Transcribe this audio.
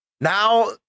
Now